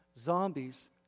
zombies